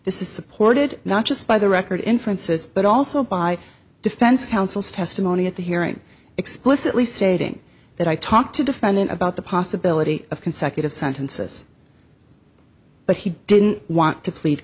this is supported not just by the record inferences but also by defense counsel's testimony at the hearing explicitly stating that i talked to defendant about the possibility of consecutive sentences but he didn't want to plead